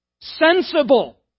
sensible